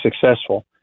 successful